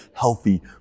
healthy